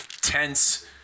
tense